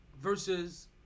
versus